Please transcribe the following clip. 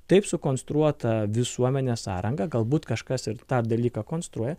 taip sukonstruota visuomenės sąranga galbūt kažkas ir tą dalyką konstruoja